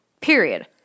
Period